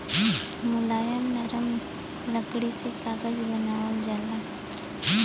मुलायम नरम लकड़ी से कागज बनावल जाला